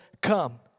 come